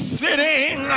sitting